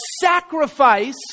sacrifice